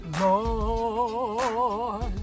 Lord